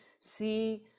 see